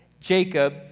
Jacob